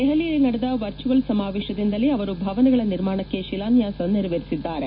ದೆಹಲಿಯಲ್ಲಿ ನಡೆದ ವರ್ಚುವಲ್ ಸಮಾವೇಶದಿಂದಲೇ ಅವರು ಭವನಗಳ ನಿರ್ಮಾಣಕ್ಕೆ ಶಿಲಾನ್ಸಾಸ ನೆರವೇರಿಸಿದ್ದಾರೆ